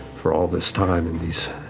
for all this time in these